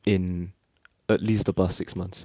in at least the past six months